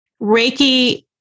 Reiki